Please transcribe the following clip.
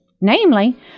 namely